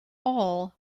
all